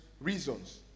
reasons